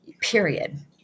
period